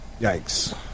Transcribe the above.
Yikes